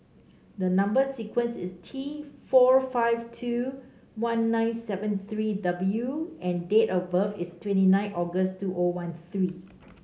the number sequence is T four five two one nine seven three W and date of birth is twenty eight August two O one three